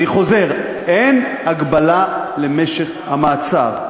אני חוזר, אין הגבלה למשך המעצר.